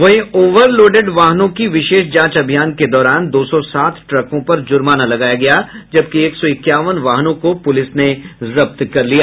वहीं ओवरलोडेड वाहनों की विशेष जांच अभियान के दौरान दो सौ सात ट्रकों पर जुर्माना लगाया गया जबकि एक सौ इक्यावन वाहनों को पुलिस ने जब्त कर लिया